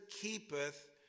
keepeth